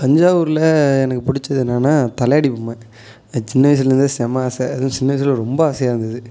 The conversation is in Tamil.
தஞ்சாவூரில் எனக்கு பிடிச்சது என்னென்னா தலையாட்டி பொம்மை சின்ன வயசுலருந்தே செம்ம ஆசை அதுவும் சின்ன வயசில் ரொம்ப ஆசையாக இருந்துது